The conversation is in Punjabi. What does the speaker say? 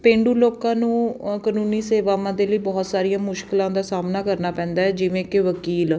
ਪੇਂਡੂ ਲੋਕਾਂ ਨੂੰ ਅ ਕਾਨੂੰਨੀ ਸੇਵਾਵਾਂ ਦੇ ਲਈ ਬਹੁਤ ਸਾਰੀਆਂ ਮੁਸ਼ਕਿਲਾਂ ਦਾ ਸਾਹਮਣਾ ਕਰਨਾ ਪੈਂਦਾ ਜਿਵੇਂ ਕਿ ਵਕੀਲ